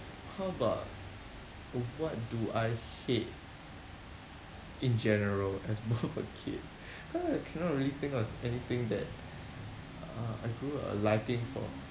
how about what do I hate in general as more of a kid cause I cannot really think of anything that uh I grew a liking for